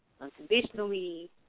unconditionally